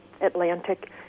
Atlantic